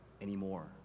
anymore